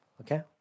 okay